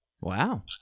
Wow